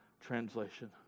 translation